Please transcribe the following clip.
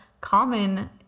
common